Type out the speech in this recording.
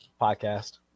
podcast